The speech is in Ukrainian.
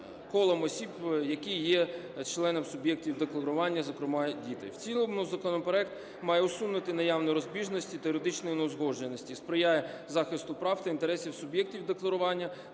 колом осіб, які є членами суб'єктів декларування, зокрема діти. В цілому законопроект має усунути наявні розбіжності та юридичні неузгодженості, сприяє захисту прав та інтересів суб'єктів декларування,